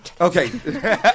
Okay